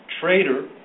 trader